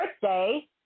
birthday